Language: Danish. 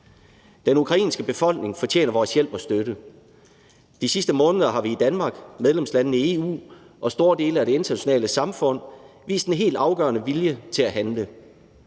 Den ukrainske befolkning fortjener vores hjælp og støtte. De sidste måneder har vi i Danmark, medlemslandene i EU og store dele af det internationale samfund vist en helt afgørende vilje til at handle.